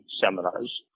seminars